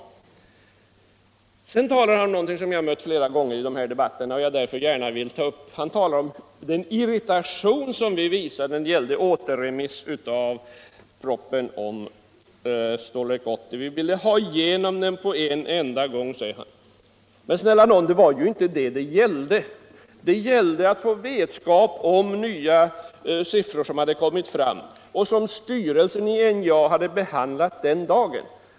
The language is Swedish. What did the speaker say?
Sedan talade herr Börjesson om någontihg som jag mött flera gånger i de här debatterna och som jag därför gärna vill ta upp, nämligen den irrilation som vi visade när det gällde återremiss av propositionen om Stålverk 80. Vi ville ha igenom det här på en enda gång, säger han. Men det var ju inte detta frågan gällde. Den gällde att få vetskap om de nya siffror som hade kommit fram och som styrelsen i NJA hade behandlat den dagen.